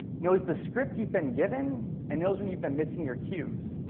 knows the script you've been given and knows when you've been missing your cues.